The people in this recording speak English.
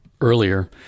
earlier